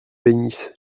bénisse